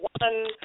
one